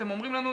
אתם אומרים לנו,